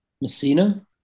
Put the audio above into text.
messina